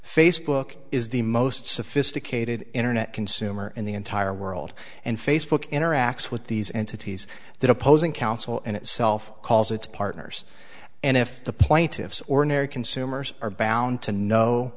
facebook is the most sophisticated internet consumer in the entire world and facebook interacts with these entities that opposing counsel and itself calls its partners and if the plaintiffs ordinary consumers are bound to know